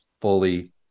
fully